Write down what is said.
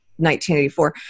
1984